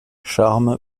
charme